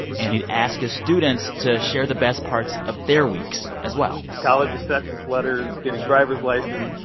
and he'd ask his students to share the best parts of their weeks as well college acceptance letters, getting driver's license,